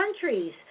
countries